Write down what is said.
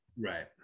right